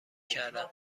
کردم